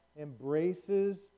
embraces